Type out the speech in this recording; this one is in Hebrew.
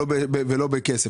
לא בכסף.